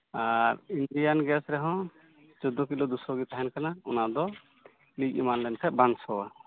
ᱟᱨ Indian gas ᱨᱮᱦᱚᱸ ᱪᱳᱫᱫᱳ kilo ᱫᱩᱥᱚ ᱜᱮ ᱛᱟᱦᱮᱱ ᱠᱟᱱᱟ ᱚᱱᱟ ᱫᱚ ᱞᱤᱠ ᱮᱢᱟᱱ ᱞᱮᱱ ᱠᱷᱟᱱ ᱵᱟᱝ ᱥᱚᱣᱟ